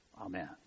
Amen